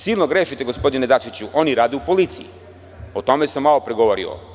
Silno grešite, gospodine Dačiću, oni rade u policiji, o tome sam malopre govorio.